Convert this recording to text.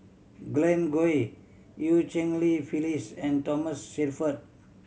Glen Goei Eu Cheng Li Phyllis and Thomas Shelford